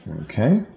Okay